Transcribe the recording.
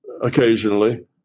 occasionally